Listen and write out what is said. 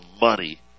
money